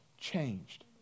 changed